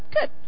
good